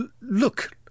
Look